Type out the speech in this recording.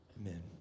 Amen